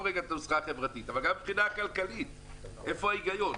רגע את הנוסחה החברתית איפה ההיגיון?